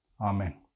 Amen